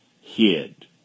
hid